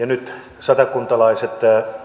nyt satakuntalaiset